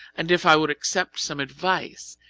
and if i would accept some advice,